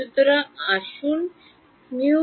সুতরাং আসুন μ0H